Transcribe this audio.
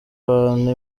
abantu